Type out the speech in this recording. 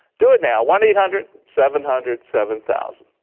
do it now one eight hundred seven hundred seven thousand.